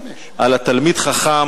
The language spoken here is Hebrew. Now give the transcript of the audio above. על התלמיד חכם,